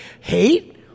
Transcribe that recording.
Hate